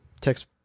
text